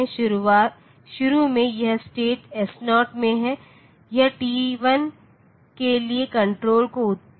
शुरू में यह स्टेट s0 में है यह t1 के लिए कण्ट्रोल को आउटपुट करता है